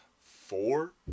four